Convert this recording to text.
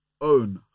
own